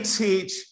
teach